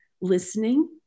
listening